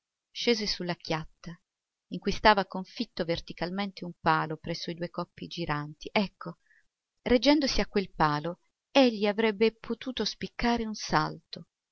su la chiatta in cui stava confitto verticalmente un palo presso i due coppi giranti ecco reggendosi a quel palo egli avrebbe potuto spiccare un salto